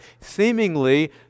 seemingly